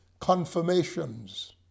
Confirmations